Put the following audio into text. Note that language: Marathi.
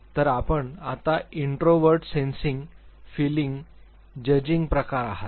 तर आपण आता इंट्रोव्हर्ट सेन्सिंग फीलिंग जजिंग प्रकार आहात